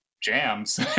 jams